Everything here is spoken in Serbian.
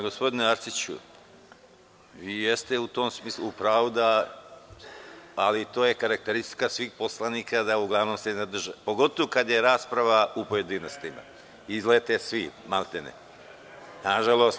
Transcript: Gospodine Arsiću, vi jeste u tom smislu u pravu, ali to je karakteristika svih poslanika, da uglavnom se ne drže teme, pogotovo kada je rasprava u pojedinostima, izlete svi, nažalost.